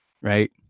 right